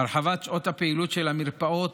הרחבת שעות הפעילות של המרפאות,